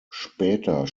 später